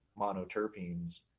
monoterpenes